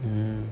mmhmm